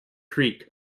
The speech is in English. creek